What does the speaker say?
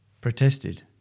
protested